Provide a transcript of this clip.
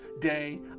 day